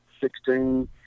sixteen